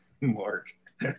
Mark